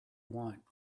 want